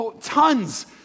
tons